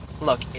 Look